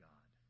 God